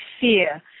fear